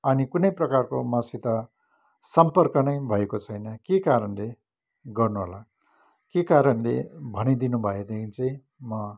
अनि कुनै प्रकारको मसित सम्पर्क नै भएको छैन के कारणले गर्नु होला के कारणले भनिदिनु भएदेखि चाहिँ म